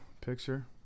picture